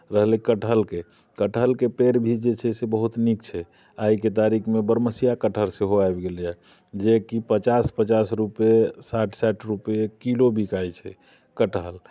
रहलै कटहरके कटहरके पेड़ भी जे छै से बहुत नीक छै आइके तारीखमे बरहमसिया कटहर सेहो आबि गेलैए जेकि पचास पचास रुपैए साठि साठि रुपये किलो बिकाइत छै कटहर